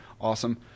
awesome